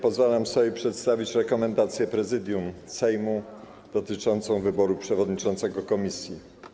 Pozwalam sobie przedstawić rekomendację Prezydium Sejmu dotyczącą wyboru przewodniczącego komisji.